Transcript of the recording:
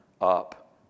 up